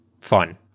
fun